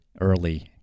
early